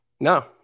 No